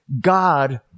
God